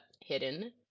hidden